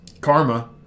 karma